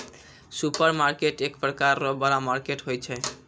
supermarket एक प्रकार रो बड़ा मार्केट होय छै